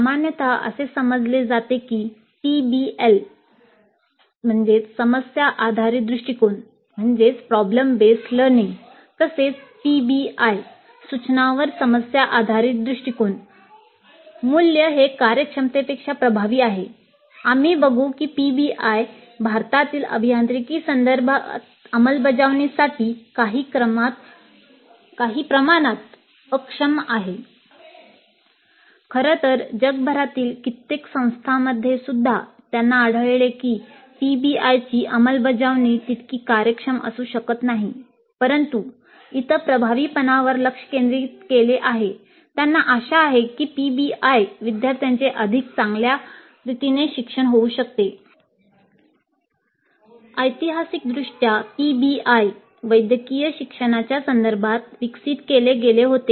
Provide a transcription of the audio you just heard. सामान्यत असे समजले जाते की पीबीएल समस्या आधारित शिक्षण विद्यार्थ्यांचे अधिक चांगल्यारीतीने शिक्षण होऊ शकते ऐतिहासिकदृष्ट्या पीबीआय वैद्यकीय शिक्षणाच्या संदर्भात विकसित केले गेले होते